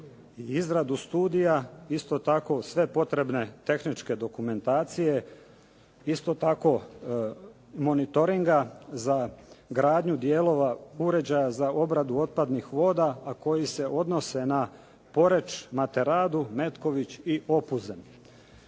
izradu studija, isto tako sve potrebne tehničke dokumentacije. Isto tako monitoringa za gradnju dijelova uređaja za obradu otpadnih voda, a koji se odnose na Poreč, … /Govornik se